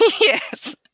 yes